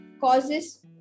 causes